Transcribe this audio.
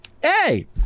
Hey